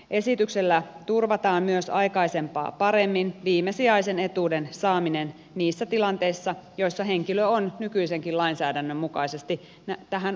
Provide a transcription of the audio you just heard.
esityksellä turvataan myös aikaisempaa paremmin viimesijaisen etuuden saaminen niissä tilanteissa joissa henkilö on nykyisenkin lainsäädännön mukaisesti tähän oikeutettu